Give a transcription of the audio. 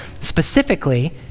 Specifically